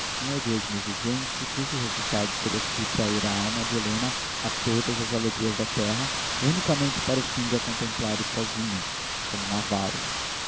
um egoísmo exigente cujo resultado seria subtrair a alma de helena a todas as alegrias da terra unicamente para o fim de a contemplares sozinho como um avaro